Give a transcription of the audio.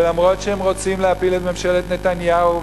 ולמרות שהם רוצים להפיל את ממשלת נתניהו,